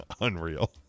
Unreal